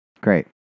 great